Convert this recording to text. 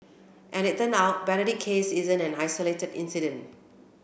and it turn out Benedict's case isn't an isolated incident